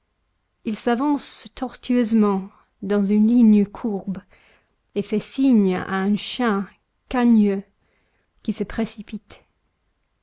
il s'avance tortueusement dans une ligne courbe et fait signe à un chien cagneux qui se précipite